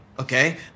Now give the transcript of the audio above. Okay